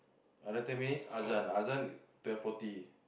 other ten minute azan azan you twelve forty